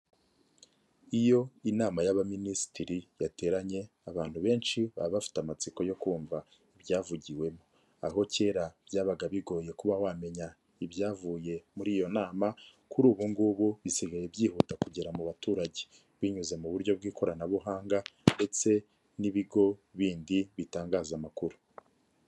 Iyo inama y'Abaminisitiri yateranye abantu benshi baba bafite amatsiko yo kumva ibyavugiwemo, aho kera byabaga bigoye kuba wamenya ibyavuye muri iyo nama kuri ubu ngubu bisigaye byihuta kugera mu baturage binyuze mu buryo bw'ikoranabuhanga ndetse n'ibigo bindi bitangaza amakuru.